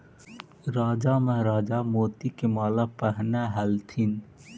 राजा महाराजा मोती के माला पहनऽ ह्ल्थिन